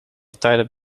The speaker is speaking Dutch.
tijden